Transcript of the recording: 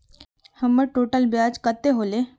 हमर टोटल ब्याज कते होले?